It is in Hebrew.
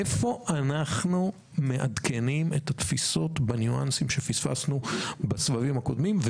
איפה אנחנו מעדכנים את התפיסות בניואנסים שפספסנו בסבבים הקודמים?